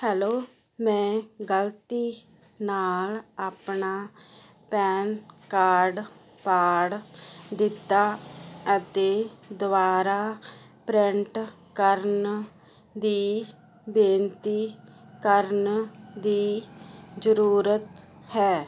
hello ਮੈਂ ਗਲਤੀ ਨਾਲ ਆਪਣਾ ਪੈਨ ਕਾਰਡ ਪਾੜ ਦਿੱਤਾ ਅਤੇ ਦੁਬਾਰਾ ਪ੍ਰਿੰਟ ਕਰਨ ਦੀ ਬੇਨਤੀ ਕਰਨ ਦੀ ਜ਼ਰੂਰਤ ਹੈ